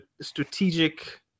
strategic